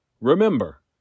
Remember